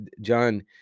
John